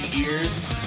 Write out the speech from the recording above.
ears